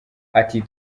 ati